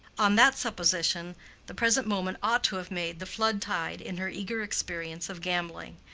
on that supposition the present moment ought to have made the flood-tide in her eager experience of gambling.